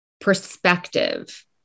perspective